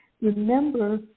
Remember